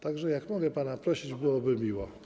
Tak że, jak mogę pana prosić, byłoby miło.